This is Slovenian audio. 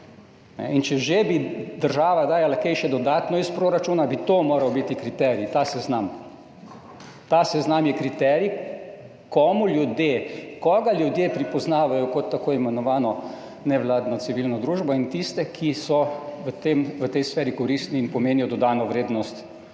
In če bi že država kaj dajala še dodatno iz proračuna, bi to moral biti kriterij, ta seznam. Ta seznam je kriterij, koga ljudje prepoznavajo kot tako imenovano nevladno civilno družbo in tiste, ki so v tej sferi koristni in pomenijo dodano vrednost